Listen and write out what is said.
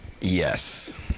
Yes